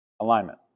Alignment